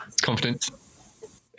Confidence